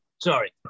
sorry